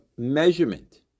Measurement